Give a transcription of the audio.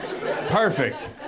perfect